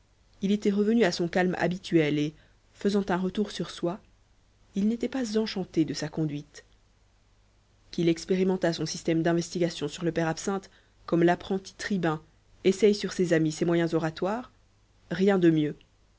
il était revenu à son calme habituel et faisant un retour sur soi il n'était pas enchanté de sa conduite qu'il expérimentât son système d'investigations sur le père absinthe comme l'apprenti tribun essaie sur ses amis ses moyens oratoires rien de mieux